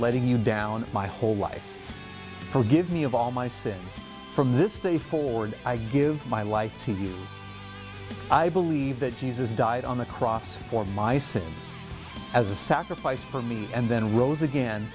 letting you down my whole life forgive me of all my sins from this day forward i give my life to you i believe that jesus died on the cross for my sins as a sacrifice for me and then rose again